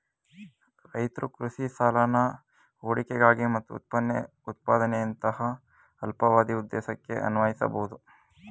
ರೈತ್ರು ಕೃಷಿ ಸಾಲನ ಹೂಡಿಕೆಗಾಗಿ ಮತ್ತು ಉತ್ಪಾದನೆಯಂತಹ ಅಲ್ಪಾವಧಿ ಉದ್ದೇಶಕ್ಕೆ ಅನ್ವಯಿಸ್ಬೋದು